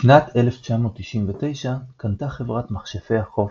בשנת 1999 קנתה חברת "מכשפי החוף"